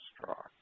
straw